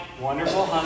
wonderful